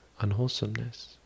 unwholesomeness